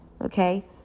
Okay